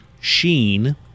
Sheen